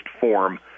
form